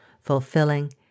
fulfilling